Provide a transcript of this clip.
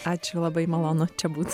ačiū labai malonu čia būt